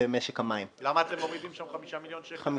והבטחתם לנו כסף.